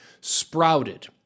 sprouted